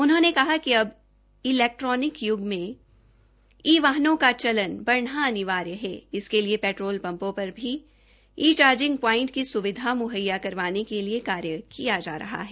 उन्होंने कहा कि अब इलेक्ट्रोनिक य्ग में ई वाहनों का चलन ब ना अनिवार्य है इसके लिए पैट्रोल पम्पों पर भी ई चार्जिंग प्वांईट की सुविधा मुहैया करवाने के लिए कार्य किया जा रहा है